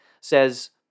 says